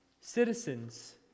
citizens